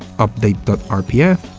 update rpf,